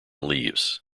leaves